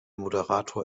moderator